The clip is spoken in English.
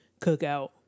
cookout